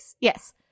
Yes